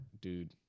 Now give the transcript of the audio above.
dude